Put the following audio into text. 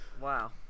Wow